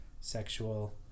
sexual